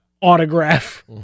autograph